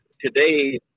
today